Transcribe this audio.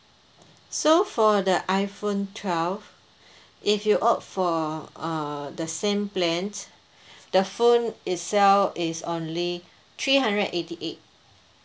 so for the iphone twelve if you opt for uh the same plan the phone itself is only three hundred eighty eight